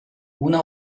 una